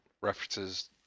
references